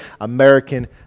American